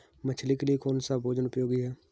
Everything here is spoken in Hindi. मछली के लिए कौन सा भोजन उपयोगी है?